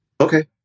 Okay